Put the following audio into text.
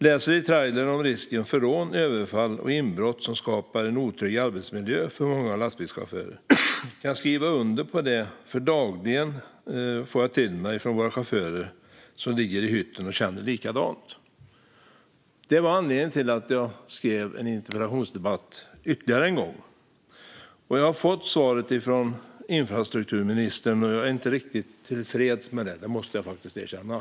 Läser i Trailer om risken för rån, överfall och inbrott som skapar en otrygg arbetsmiljö för många lastbilschaufförer. Kan skriva under på det, för dagligen får jag det till mig från våra chaufförer som ligger i hytten och känner likadant. Det var anledningen till att jag ville ha ytterligare en interpellationsdebatt. Jag har fått ett svar från infrastrukturministern som jag inte är riktigt tillfreds med, måste jag faktiskt erkänna.